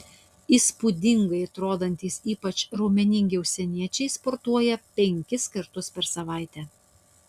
įspūdingai atrodantys ypač raumeningi užsieniečiai sportuoja penkis kartus per savaitę